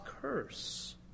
curse